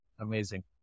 Amazing